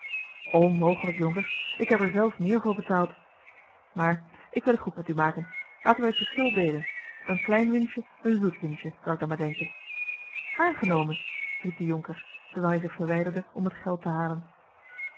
onmogelijk jonker ik heb er zelf meer voor betaald maar ik wil het goed met u maken laten wij het verschil deelen een klein winstje een zoet winstje zal ik dan maar denken aangenomen riep de jonker terwijl hij zich verwijderde om het geld te halen